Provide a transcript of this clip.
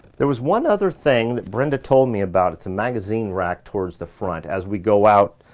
there was one other thing that brenda told me about. it's a magazine rack towards the front. as we go out,